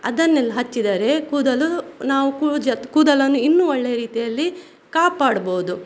ಅದನ್ನೆಲ್ಲ ಹಚ್ಚಿದರೆ ಕೂದಲು ನಾವು ಕುಜ ಕೂದಲನ್ನು ಇನ್ನೂ ಒಳ್ಳೆಯ ರೀತಿಯಲ್ಲಿ ಕಾಪಾಡ್ಬೋದು